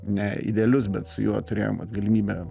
ne idealius bet su juo turėjom vat galimybę